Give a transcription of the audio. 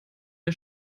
der